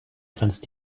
grenzt